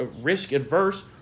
risk-adverse